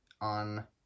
on